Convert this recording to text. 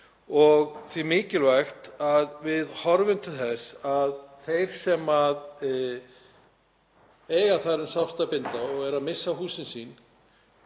og því mikilvægt að við horfum til þess að þeir sem eiga þar um sárt að binda og eru að missa húsin sín